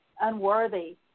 unworthy